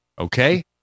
Okay